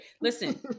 Listen